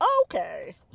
okay